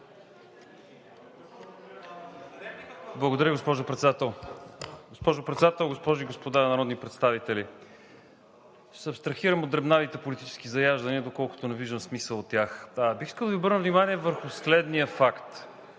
Благодаря, госпожо Председател. Госпожо Председател, госпожи и господа народни представители! Ще се абстрахирам от дребнавите политически заяждания, доколкото не виждам смисъл от тях. Бих искал да Ви обърна внимание върху следния факт.